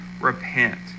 repent